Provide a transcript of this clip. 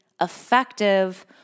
effective